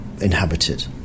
inhabited